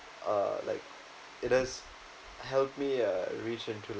uh like it has helped me uh reach into